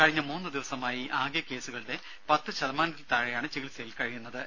കഴിഞ്ഞ മൂന്ന് ദിവസമായി ആകെ കേസുകളുടെ പത്ത് ശതമാനത്തിൽ താഴെയാണ് ചികിത്സയിലുള്ളത്